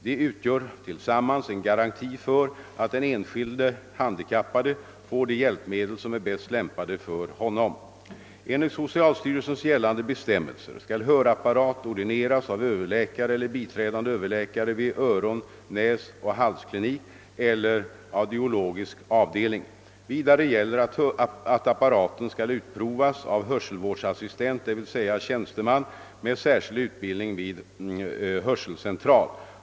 De utgör tillsammans en garanti för att den en skilde handikappade får de hjälpmedel som är bäst lämpade för honom. Enligt socialstyrelsens gällande bestämmelser skall hörapparat ordineras av överläkare eller biträdande överläkare vid öron-, näsoch halsklinik eller audiologisk avdelning. Vidare gäller att apparaten skall utprovas av hörselvårdsassistent, d.v.s. tjänsteman med särskild utbildning vid hörcentral.